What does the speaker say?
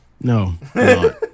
No